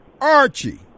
Archie